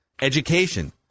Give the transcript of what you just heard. Education